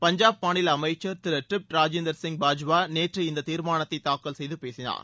பஞ்சாப் மாநில அமைசன் திரிப்ட் ராஜிந்தர் சிங் பாஜ்வா நேற்று இந்த தீர்மானத்தை தாக்கல் செய்து பேசினார்